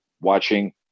watching